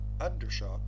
undershot